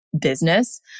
business